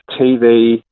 TV